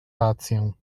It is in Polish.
rację